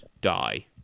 die